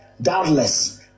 doubtless